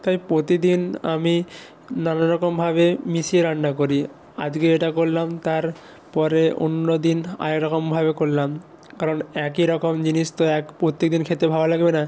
তাই প্রতিদিন আমি নানা রকমভাবে মিশিয়ে রান্না করি আজকে এটা করলাম তারপরে অন্য দিন আরেক রকমভাবে করলাম কারণ একই রকম জিনিস তো এক প্রত্যেক দিন খেতে ভালো লাগবে না